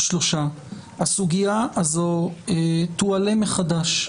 שלושה חודשים הסוגיה הזו תועלה מחדש.